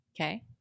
Okay